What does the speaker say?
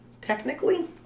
technically